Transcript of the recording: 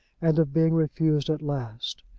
and of being refused at last?